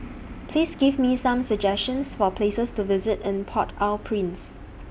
Please Give Me Some suggestions For Places to visit in Port Au Prince